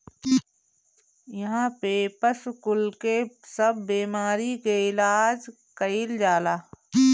इहा पे पशु कुल के सब बेमारी के इलाज कईल जाला